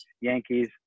Yankees